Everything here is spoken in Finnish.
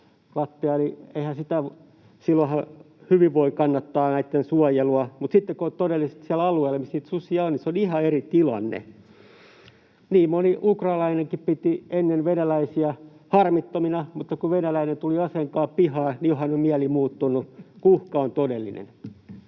voi hyvin kannattaa näitten suojelua, mutta sitten kun se on todellista siellä alueella, missä niitä susia on, niin se on ihan eri tilanne. Niin moni ukrainalainenkin piti ennen venäläisiä harmittomina, mutta kun venäläinen tuli aseen kanssa pihaan, niin johan on mieli muuttunut, kun uhka on todellinen.